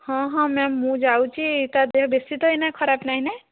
ହଁ ହଁ ମ୍ୟାମ୍ ମୁଁ ଯାଉଛି ତା ଦେହ ବେଶି ତ ଏଇନା ଖରାପ ନାଇଁନା